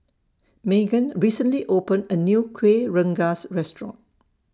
Meghann recently opened A New Kuih Rengas Restaurant